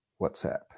WhatsApp